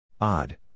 Odd